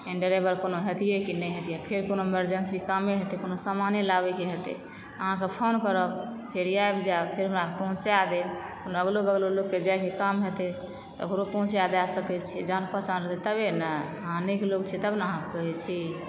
एहन ड्राइवर कोनो हेतिए कि नै हेतिए फेर कोनो इमरजेंसी कामे हेतै कोनो सामाने लाबए कऽ हेतै अहाँके फोन करब फेरि ऐब जाइब फेर हमरा पहुँचा देब ओना अगलो बगलो लोक कऽ जाए कऽ काम हेतेए तऽ ओकरो पहुँचा दयऽ सकैएछी जान पहचान हेतेए तबे नै अहाँ नीक लोक छिए तब नऽ अहाँके कहेछी